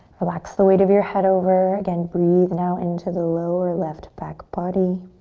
relax the weight of your head over. again, breathe now into the lower left back body.